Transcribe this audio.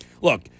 look